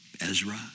Ezra